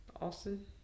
Austin